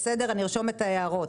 בסדר, ארשום את ההערות.